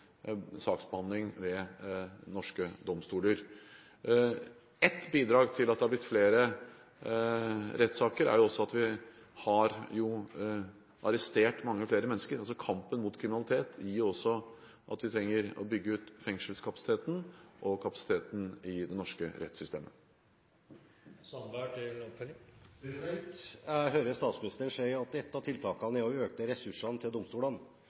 saksbehandling ved norske domstoler. Ett bidrag til at det har blitt flere rettssaker, er jo at vi har arrestert mange flere mennesker. Kampen mot kriminalitet gjør også at vi trenger å bygge ut fengselskapasiteten og kapasiteten i det norske rettssystemet. Jeg hører statsministeren sier at et av tiltakene er å øke ressursene til domstolene.